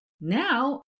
Now